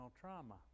trauma